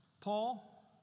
Paul